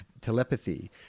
telepathy